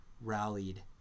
rallied